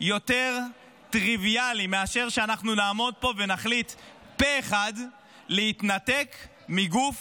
יותר טריוויאלי מאשר שאנחנו נעמוד פה ונחליט פה אחד להתנתק מגוף